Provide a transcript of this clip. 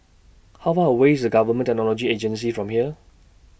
How Far away IS Government Technology Agency from here